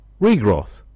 regrowth